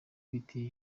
biteye